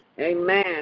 Amen